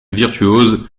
virtuose